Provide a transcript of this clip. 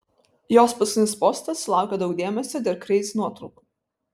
jos paskutinis postas sulaukė daug dėmesio dėl kreizi nuotraukų